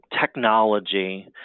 technology